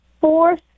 Fourth